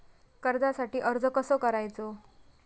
कर्जासाठी अर्ज कसो करायचो?